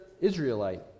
Israelite